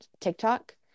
TikTok